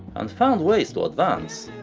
and found ways to advance,